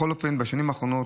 בכל אופן, בשנים האחרונות,